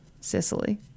Sicily